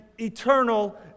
eternal